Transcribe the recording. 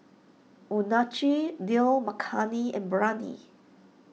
Unagi Dal Makhani and Biryani